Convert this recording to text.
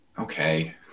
okay